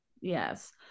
yes